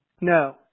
No